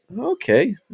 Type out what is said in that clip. okay